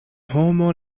homo